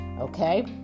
Okay